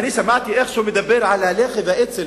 שמעתי איך הוא מדבר על הלח"י ועל האצ"ל,